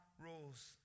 rules